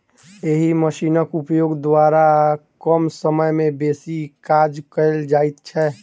एहि मशीनक उपयोग द्वारा कम समय मे बेसी काज कयल जाइत छै